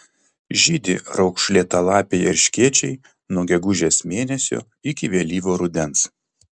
žydi raukšlėtalapiai erškėčiai nuo gegužės mėnesio iki vėlyvo rudens